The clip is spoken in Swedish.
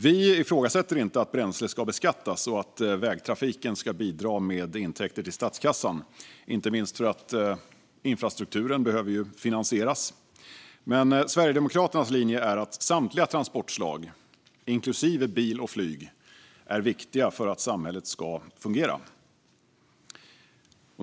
Vi ifrågasätter inte att bränsle ska beskattas och att vägtrafiken ska bidra med intäkter till statskassan, inte minst för att infrastrukturen behöver finansieras. Sverigedemokraternas linje är dock att samtliga transportslag, inklusive bil och flyg, är viktiga för att samhället ska fungera.